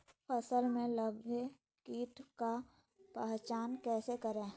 फ़सल में लगे किट का पहचान कैसे करे?